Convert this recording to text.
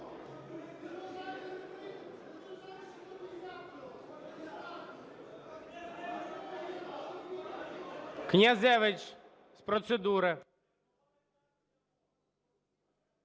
Князевич з процедури.